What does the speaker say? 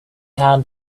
had